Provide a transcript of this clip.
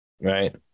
right